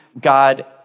God